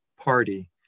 party